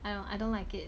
I don't I don't like it